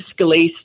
Scalise